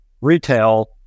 retail